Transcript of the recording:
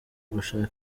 gushaka